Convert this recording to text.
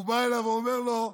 הוא בא אליו ואומר לו: